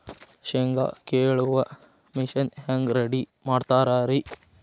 ಶೇಂಗಾ ಕೇಳುವ ಮಿಷನ್ ಹೆಂಗ್ ರೆಡಿ ಮಾಡತಾರ ರಿ?